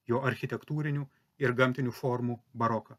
jo architektūrinių ir gamtinių formų baroką